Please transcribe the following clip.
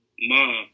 mom